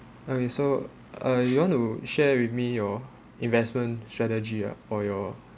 okay so uh you want to share with me your investment strategy ah for your